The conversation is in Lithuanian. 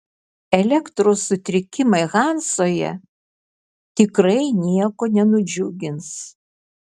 elektros sutrikimai hanzoje tikrai nieko nenudžiugins